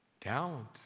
Talent